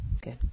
Good